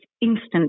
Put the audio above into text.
instant